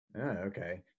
Okay